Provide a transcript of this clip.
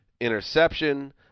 interception